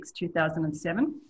2007